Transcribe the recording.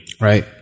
Right